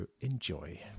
enjoy